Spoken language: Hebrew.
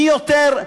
מי יותר,